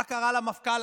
מה קרה למפכ"ל-העל?